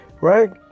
Right